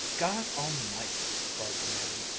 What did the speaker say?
god almighty! cried the man,